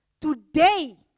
today